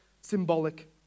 symbolic